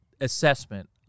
assessment